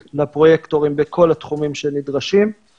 לפרוייקטורים ברשויות המקומיות תפקיד חשוב מאוד לעידוד